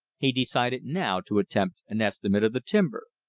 he decided now to attempt an estimate of the timber.